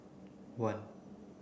one